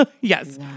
Yes